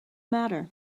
matter